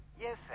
Yes